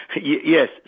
Yes